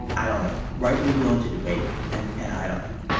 i don't know. right. we'd go into debate. and and i don't know.